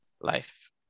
life